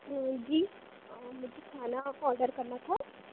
जी मुझे खाना ऑर्डर करना था